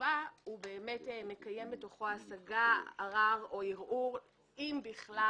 באמת מקיים בתוכו השגה, ערר או ערעור, אם בכלל.